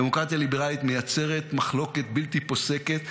דמוקרטיה ליברלית מייצרת מחלוקת בלתי פוסקת,